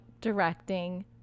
directing